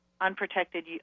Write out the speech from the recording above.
unprotected